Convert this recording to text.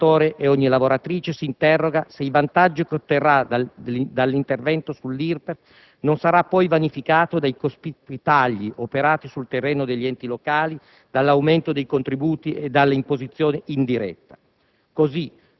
ma ogni lavoratore e ogni lavoratrice si interroga se i vantaggi che otterrà dall'intervento sull'IRPEF non saranno poi vanificati dai cospicui tagli operati sul terreno degli enti locali, dall'aumento dei contributi e dall'imposizione indiretta.